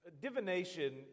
Divination